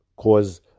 cause